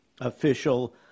official